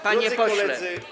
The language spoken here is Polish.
Panie Pośle!